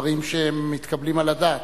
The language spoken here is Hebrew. דברים מתקבלים על הדעת.